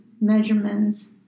measurements